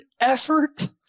effort